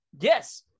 yes